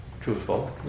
truthful